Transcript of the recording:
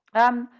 um,